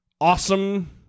awesome